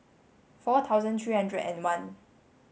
four thousand three hundred and one